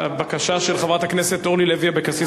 הבקשה של חברת הכנסת אורלי לוי אבקסיס